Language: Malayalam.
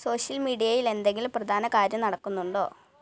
സോഷ്യൽ മീഡിയയിൽ എന്തെങ്കിലും പ്രധാന കാര്യം നടക്കുന്നുണ്ടോ